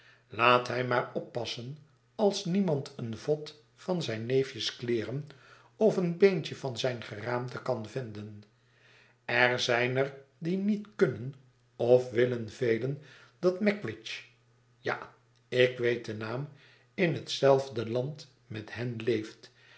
laat hij maar oppassen als niemand een vod van zijn neefjes kleeren of een beentje van zijn geraamte kan vinden i er zijn er die niet kunnen of willen velen dat magwitch ja ik weet den naam in hetzelfde land met hen leeft